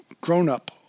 grown-up